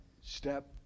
step